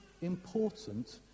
important